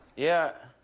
yeah.